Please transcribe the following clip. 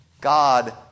God